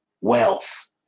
wealth